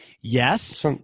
Yes